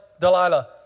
Delilah